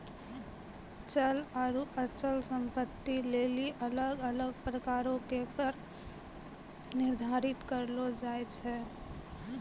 चल आरु अचल संपत्ति लेली अलग अलग प्रकारो के कर निर्धारण करलो जाय छै